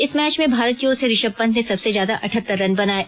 इस मैच में भारत की ओर से ऋषभ पंत ने सबसे ज्यादा अठहत्तर रन बनाये